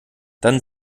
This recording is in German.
dann